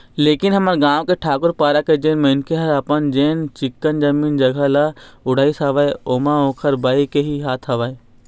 लेकिन हमर गाँव के ठाकूर पारा के जेन मनखे ह अपन जेन चिक्कन जमीन जघा ल उड़ाइस हवय ओमा ओखर बाई के ही हाथ हवय